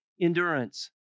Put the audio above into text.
endurance